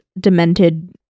demented